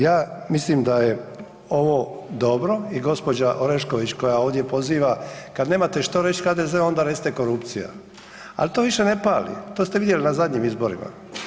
Ja mislim da je ovo dobro i gđa. Orešković koja ovdje poziva, kad nemate što reć HDZ-u onda recite korupcija, al to više ne pali, to ste vidjeli na zadnjim izborima.